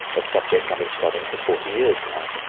a subject i've been studying for forty years now.